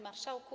Marszałku!